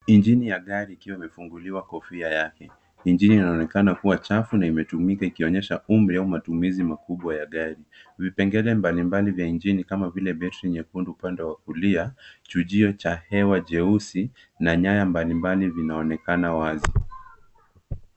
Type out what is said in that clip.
Injini ya gari ikiwa imefunguliwa kofia yake. Injini inaonekana kuwa chafu na imetumika ikionyesha umri wa matumizi makubwa ya gari. Vipengele mbali mbali vya injini kama vile [cs ] betri [cs ] nyekundu upande wa kulia, kichujio cha hewa nyeusi na nyaya mbalimbali vinaonekana wazi.